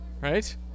Right